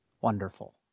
wonderful